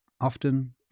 often